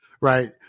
right